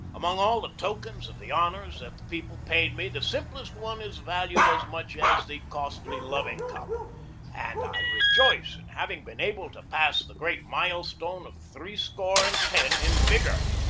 among all the tokens of the honors that the people paid me the simplest one is valued as much as the costly loving-cup and i rejoice in having been able to pass the great mile-stone of threescore and ten in vigor,